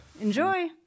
Enjoy